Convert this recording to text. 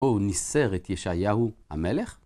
הוא ניסר את ישעיהו המלך?